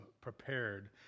prepared